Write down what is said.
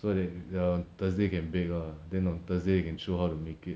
so that err thursday can bake lah then on thursday can show how to make it